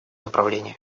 направлении